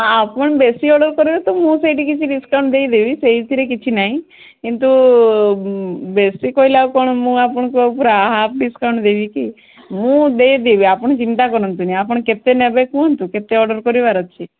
ଆପଣ ବେଶୀ ଅର୍ଡର୍ କରିବେ ତ ମୁଁ ସେଇଠି କିଛି ଡିସ୍କାଉଣ୍ଟ୍ ଦେଇଦେବି ସେଇଥିରେ କିଛି ନାଇଁ କିନ୍ତୁ ବେଶୀ କହିଲେ ଆଉ କ'ଣ ମୁଁ ଆପଣଙ୍କୁ ଆଉ ପୁରା ହାଫ୍ ଡିସ୍କାଉଣ୍ଟ୍ ଦେବି କି ମୁଁ ଦେଇଦେବି ଆପଣ ଚିନ୍ତା କରନ୍ତୁନି ଆପଣ କେତେ ନେବେ କୁହନ୍ତୁ କେତେ ଅର୍ଡର୍ କରିବାର ଅଛି